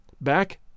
Back